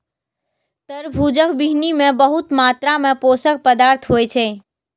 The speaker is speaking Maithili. तरबूजक बीहनि मे बहुत मात्रा मे पोषक पदार्थ होइ छै